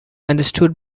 understood